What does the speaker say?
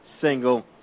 single